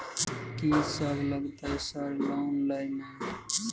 कि सब लगतै सर लोन लय में?